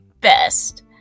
best